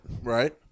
Right